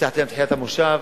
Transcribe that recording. הבטחתי להם בתחילת המושב,